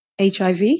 HIV